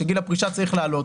שגיל הפרישה צריך לעלות.